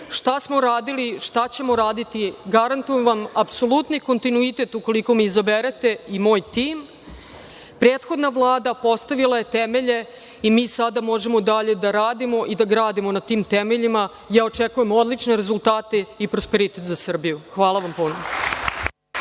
šta smo radili, šta ćemo uraditi. Garantujem vam, apsolutni kontinuitet ukoliko me izaberete i moj tim. Prethodna Vlada postavila je temelje i mi sada možemo dalje da radimo i da gradimo na tim temeljima. Očekujem odlične rezultate i prosperitet za Srbiju. Hvala vam puno.